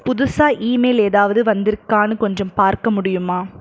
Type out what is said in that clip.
புதுசாக இமெயில் ஏதாவது வந்திருக்கான்னு கொஞ்சம் பார்க்க முடியுமா